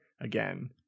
again